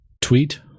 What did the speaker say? Tweet